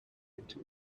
into